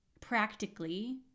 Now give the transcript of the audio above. practically